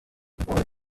polli